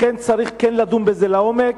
לכן צריך כן לדון בזה לעומק.